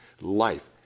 Life